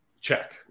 check